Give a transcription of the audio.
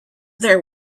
there